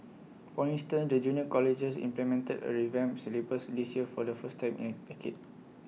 for instance the junior colleges implemented A revamped syllabus this year for the first time in A decade